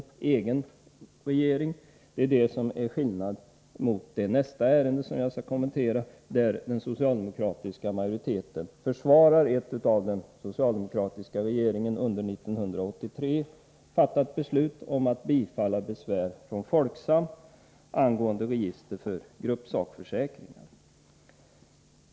Det är skillnaden mot nästa NE é ba S 3 SES utövning m.m. ärende som jag skall kommentera, där den socialdemokratiska majoriteten försvarar ett av den socialdemokratiska regeringen under 1983 fattat beslut om att bifalla besvär från Folksam angående register för gruppsakförsäkring Ene handar.